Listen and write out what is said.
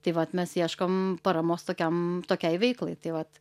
tai vat mes ieškom paramos tokiam tokiai veiklai tai vat